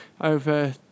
over